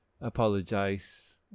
apologize